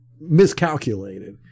miscalculated